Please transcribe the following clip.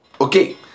Okay